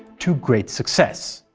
to great success.